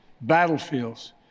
battlefields